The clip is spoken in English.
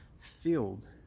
filled